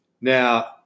now